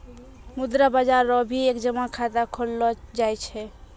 मुद्रा बाजार रो भी एक जमा खाता खोललो जाय छै